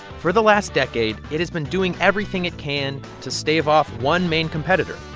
for the last decade, it has been doing everything it can to stave off one main competitor,